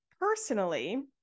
personally